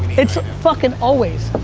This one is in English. it's fucking always.